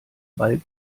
ball